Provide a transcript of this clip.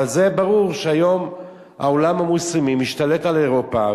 אבל זה ברור שהיום העולם המוסלמי משתלט על אירופה,